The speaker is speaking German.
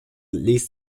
ließ